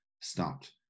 stopped